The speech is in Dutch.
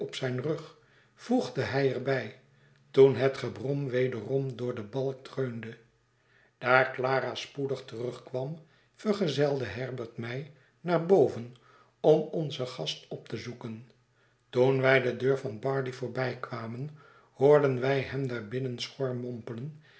op zijn rug voegde hij er bij toen het gebrom wederom door den balk dreunde daar clara spoedig terugkwam vergezelde herbert mij naar boven om onzen gast op te zoeken toen wij de deur van barley voorbijkwamen hoorden wij hem daar binnen schor mompelen